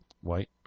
White